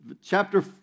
chapter